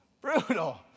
Brutal